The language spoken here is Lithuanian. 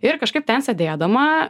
ir kažkaip ten sėdėdama